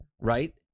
right